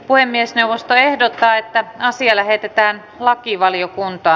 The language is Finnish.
puhemiesneuvosto ehdottaa että asia lähetetään lakivaliokuntaan